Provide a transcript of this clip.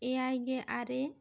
ᱮᱭᱟᱭ ᱜᱮ ᱟᱨᱮ